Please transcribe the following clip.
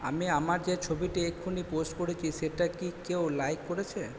আমি আমার যে ছবিটি এক্ষুনি পোস্ট করেছি সেটা কি কেউ লাইক করেছে